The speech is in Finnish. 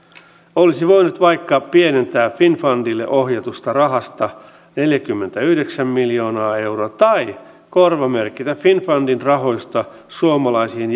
olisi voinut vaikka pienentää finnfundille ohjatusta rahasta neljäkymmentäyhdeksän miljoonaa euroa tai korvamerkitä finnfundin rahoista suomalaisiin